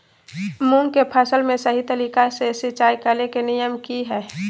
मूंग के फसल में सही तरीका से सिंचाई करें के नियम की हय?